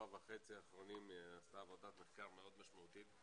וחצי האחרונים היא עשתה עבודת מחקר מאוד משמעותית.